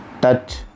touch